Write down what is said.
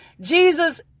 Jesus